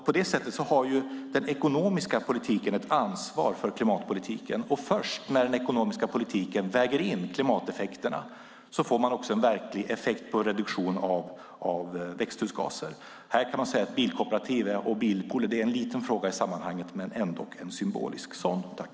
På det sättet har den ekonomiska politiken ett ansvar för klimatpolitiken. Först när den ekonomiska politiken väger in klimateffekterna får man också en verklig effekt på reduktionen av växthusgaser. Man kan säga att bilkooperativ och bilpooler är en liten fråga i sammanhanget men ändock en symbolisk sådan.